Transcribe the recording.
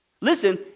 Listen